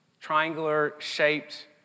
triangular-shaped